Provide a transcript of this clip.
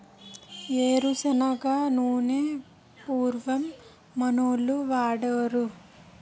ఏరు శనగ నూనె పూర్వం మనోళ్లు వాడోలు